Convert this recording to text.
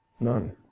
None